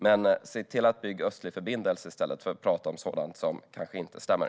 Se till att bygga Östlig förbindelse i stället för att tala om sådant som kanske inte stämmer!